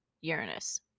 Uranus